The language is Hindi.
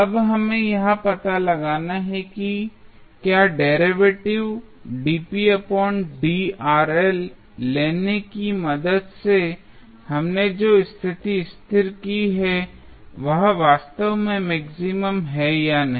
अब हमें यह पता लगाना है कि क्या डेरिवेटिव लेने की मदद से हमने जो स्थिति स्थिर की है वह वास्तव में मैक्सिमम है या नहीं